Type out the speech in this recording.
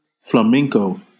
flamenco